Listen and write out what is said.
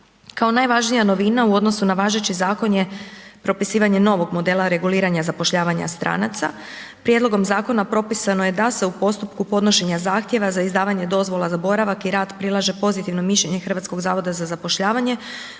Kao najvažnija novina u odnosu na važeći zakon je propisivanje novog modela reguliranja zapošljavanja stranica. Prijedlogom zakona propisano je da se u postupku donošenja zahtjeva za izdavanje dozvola za boravak i rad prilaže pozitivno mišljenje HZZ-a budući da Vlada